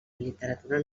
literatura